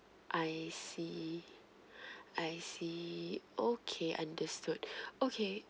I see I see okay understood okay